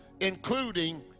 including